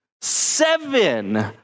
Seven